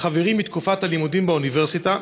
חברי מתקופת הלימודים באוניברסיטה.